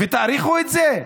ותאריכו את זה?